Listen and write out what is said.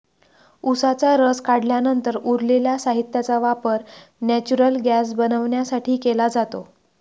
उसाचा रस काढल्यानंतर उरलेल्या साहित्याचा वापर नेचुरल गैस बनवण्यासाठी केला जातो